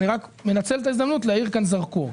אני מנצל את ההזדמנות להאיר כאן זרקור.